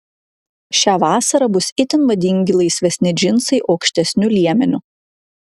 šią vasarą bus itin madingi laisvesni džinsai aukštesniu liemeniu